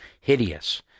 hideous